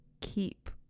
keep